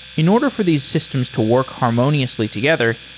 in order for these systems to work harmoniously together,